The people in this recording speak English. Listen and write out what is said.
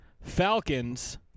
Falcons